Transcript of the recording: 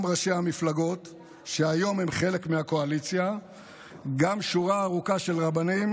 גם ראשי המפלגות שהיום הם חלק מהקואליציה וגם שורה ארוכה של רבנים